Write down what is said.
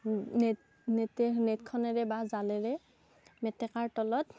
net নেটে নেটখনেৰে বা জালেৰে মেটেকাৰ তলত